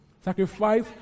sacrifice